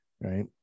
right